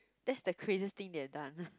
that's the craziest thing you've done